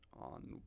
on